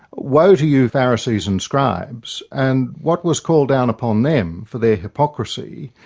woe to you pharisees and scribes, and what was called down upon them for their hypocrisy?